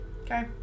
Okay